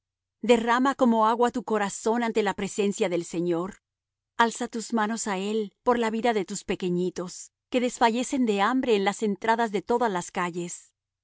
derrama como agua tu corazón ante la presencia del señor alza tus manos á él por la vida de tus pequeñitos que desfallecen de hambre en las entradas de todas las calles